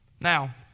Now